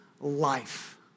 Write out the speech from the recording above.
life